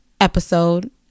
episode